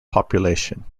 population